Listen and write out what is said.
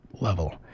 level